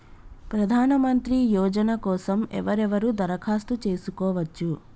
ప్రధానమంత్రి యోజన కోసం ఎవరెవరు దరఖాస్తు చేసుకోవచ్చు?